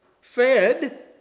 fed